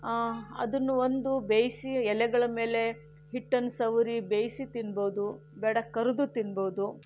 ಅದನ್ನು ಒಂದು ಬೇಯಿಸಿ ಎಲೆಗಳ ಮೇಲೆ ಹಿಟ್ಟನ್ನು ಸವರಿ ಬೇಯಿಸಿ ತಿನ್ಬೋದು ಬೇಡ ಕರಿದು ತಿನ್ಬೋದು